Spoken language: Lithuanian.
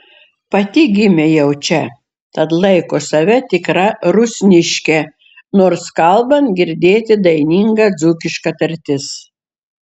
pati gimė jau čia tad laiko save tikra rusniške nors kalbant girdėti daininga dzūkiška tartis